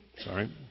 Sorry